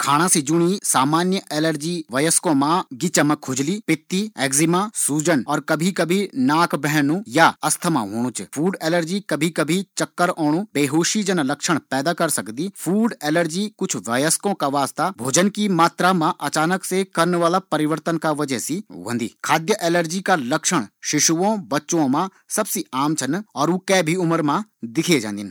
खाणा सी जुडी सामान्य एलर्जी व्यस्को मा गिच्चा मा छाला होणु, खुजली, पित्ती एगजिमा और सूजन छन खाना सी होण वाली एलर्जी मा कभी कभी चक्कर औनू सांस फूलनू भी च। भोजन की मात्र मा अचानक से होण वाला परिवर्तन का वजे सी भी ह्वे सकदी।